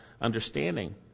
understanding